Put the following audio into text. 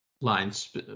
lines